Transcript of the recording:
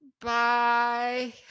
Bye